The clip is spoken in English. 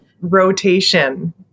Rotation